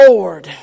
Lord